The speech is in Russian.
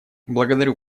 благодарю